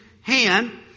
hand